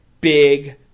Big